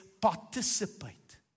participate